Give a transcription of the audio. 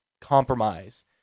compromise